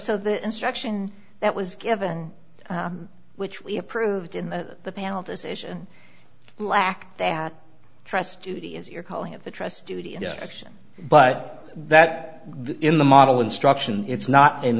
so the instruction that was given which we approved in the panel decision lacked that trust duty as you're calling it the trust duty and action but that in the model instruction it's not